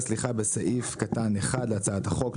בסעיף קטן (1) להצעת החוק,